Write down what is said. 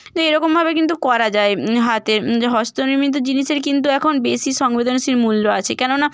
দিয়ে এরকমভাবে কিন্তু করা যায় হাতে হস্তনির্মিত জিনিসের কিন্তু এখন বেশি সংবেদনশীল মূল্য আছে কেননা